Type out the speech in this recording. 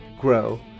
Grow